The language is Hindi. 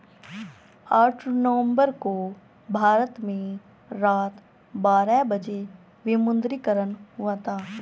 आठ नवम्बर को भारत में रात बारह बजे विमुद्रीकरण हुआ था